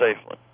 safely